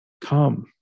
Come